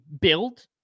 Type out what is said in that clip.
build